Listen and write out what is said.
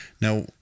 Now